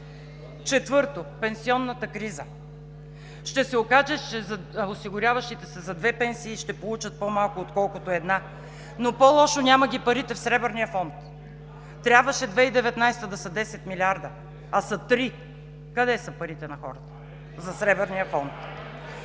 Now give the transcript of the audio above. Четвърто, пенсионната криза. Ще се окаже, че осигуряващите се за две пенсии ще получат по-малко, отколкото една, но по-лошо – няма ги парите в Сребърния фонд. Трябваше през 2019 г. да са 10 милиарда, а са три. Къде са парите на хората за Сребърния фонд?